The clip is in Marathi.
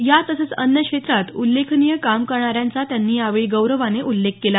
या तसंच अन्य क्षेत्रांत उल्लेखनीय काम करणाऱ्यांचा त्यांनी यावेळी गौरवानं उल्लेख केला